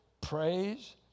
Praise